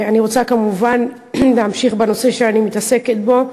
אני רוצה כמובן להמשיך בנושא נוסף שאני מתעסקת בו,